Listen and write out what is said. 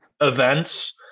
events